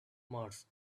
mars